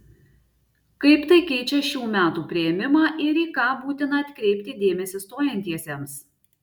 kaip tai keičią šių metų priėmimą ir į ką būtina atkreipti dėmesį stojantiesiems